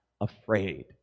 afraid